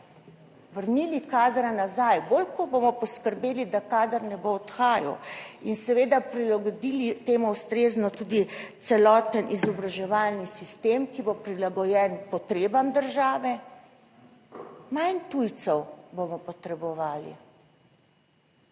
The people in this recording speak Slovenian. vrnili kadra nazaj, bolj ko bomo poskrbeli, da kader ne bo odhajal in seveda prilagodili temu ustrezno tudi celoten izobraževalni sistem, ki bo prilagojen potrebam države, manj tujcev bomo potrebovali,